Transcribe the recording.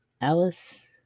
Alice